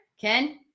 Ken